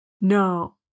No